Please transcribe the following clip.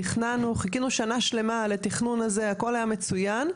תכננו, חיכינו שנה שלמה לתכנון הזה הכל היה מצוין,